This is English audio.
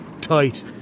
tight